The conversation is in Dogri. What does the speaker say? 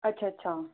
अच्छा अच्छा